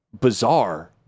bizarre